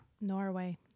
Norway